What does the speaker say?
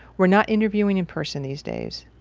we're not interviewing in person these days.